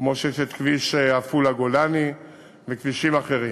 כמו שיש כביש עפולה גולני וכבישים אחרים.